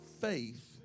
faith